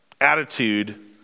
attitude